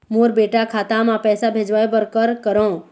मोर बेटा खाता मा पैसा भेजवाए बर कर करों?